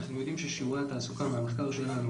אנחנו יודעים ששיעורים התעסוקה הוא נמוך מאוד